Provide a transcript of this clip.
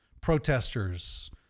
protesters